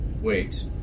Wait